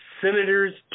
senators